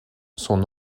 son